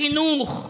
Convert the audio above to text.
חינוך,